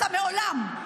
אתה מעולם,